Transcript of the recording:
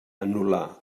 anul·lar